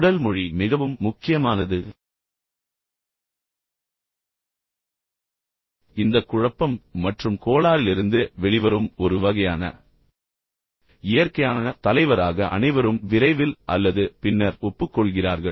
உடல் மொழி மிகவும் முக்கியமானது இந்த குழப்பம் மற்றும் கோளாறிலிருந்து வெளிவரும் ஒரு வகையான இயற்கையான தலைவராக அனைவரும் விரைவில் அல்லது பின்னர் ஒப்புக்கொள்கிறார்கள்